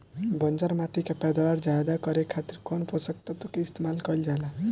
बंजर माटी के पैदावार ज्यादा करे खातिर कौन पोषक तत्व के इस्तेमाल कईल जाला?